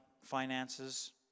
finances